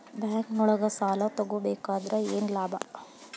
ಬ್ಯಾಂಕ್ನೊಳಗ್ ಸಾಲ ತಗೊಬೇಕಾದ್ರೆ ಏನ್ ಲಾಭ?